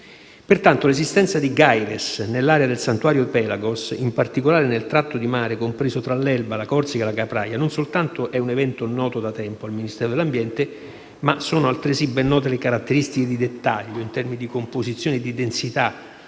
Pertanto l'esistenza di gyres nell'area del Santuario Pelagos, in particolare nel tratto di mare compreso tra l'Elba, la Corsica e l'isola di Capraia, non soltanto è un evento noto da tempo al Ministero dell'ambiente, ma sono altresì ben note le caratteristiche di dettaglio in termini di composizione e di densità